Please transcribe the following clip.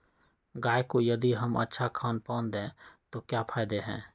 गाय को यदि हम अच्छा खानपान दें तो क्या फायदे हैं?